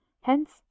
HENCE